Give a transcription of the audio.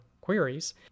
queries